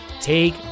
Take